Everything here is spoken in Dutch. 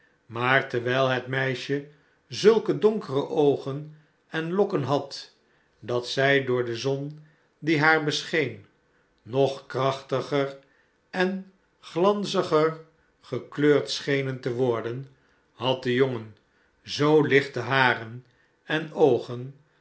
maar terwijl het meisje zulke donkere oogen en lokken had dat zn door de zon die haar bescheen nog krachtiger en glanziger gekleurd schenen te worden had de jongen zoo lichte haren en oogen